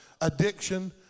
addiction